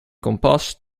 kompas